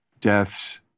deaths